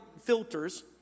filters